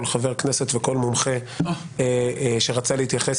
כל חבר כנסת וכל מומחה שרצה להתייחס,